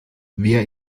wer